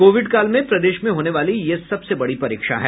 Covid काल में प्रदेश में होने वाली यह सबसे बड़ी परीक्षा है